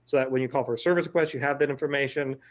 so when you call for a service request you have that information.